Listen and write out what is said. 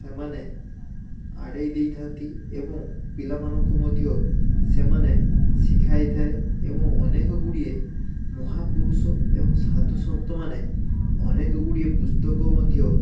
ସେମାନେ ଆଡ଼େଇ ଦେଇଥାନ୍ତି ଏବଂ ପିଲାମାନଙ୍କୁ ମଧ୍ୟ ସେମାନେ ଶିଖାହେଇଥାଏ ଏବଂ ଅନେକଗୁଡ଼ିଏ ମହାପୁରୁଷ ଏବଂ ସାଧୁସନ୍ଥ ମାନେ ଅନେକ ଗୁଡ଼ିଏ ପୁସ୍ତକ ମଧ୍ୟ